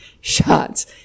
shots